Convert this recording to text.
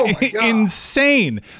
insane